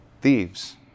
Thieves